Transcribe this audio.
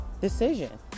decision